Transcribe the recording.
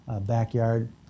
backyard